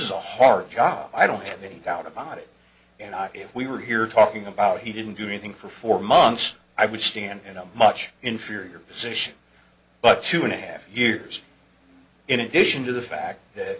is a hard job i don't have a doubt about it and i if we were here talking about he didn't do anything for four months i would stand up much inferior position but two and a half years in addition to the fact that